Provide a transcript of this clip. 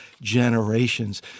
generations